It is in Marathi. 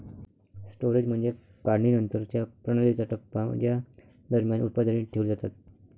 स्टोरेज म्हणजे काढणीनंतरच्या प्रणालीचा टप्पा ज्या दरम्यान उत्पादने ठेवली जातात